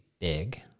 big